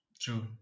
True